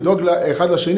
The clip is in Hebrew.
לדאוג אחד לשני